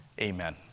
Amen